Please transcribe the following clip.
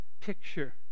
picture